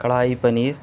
کڑاہی paneer